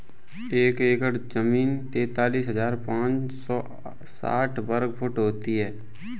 एक एकड़ जमीन तैंतालीस हजार पांच सौ साठ वर्ग फुट होती है